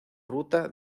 ruta